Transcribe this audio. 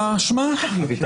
בבקשה, רשות הדיבור שלך.